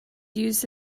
used